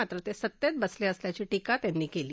मात्र ते सतेत बसले असल्याची टिका त्यांनी केली